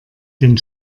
den